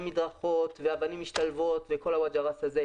מדרכות ואבנים משתלבות וכל הווג'ראס הזה.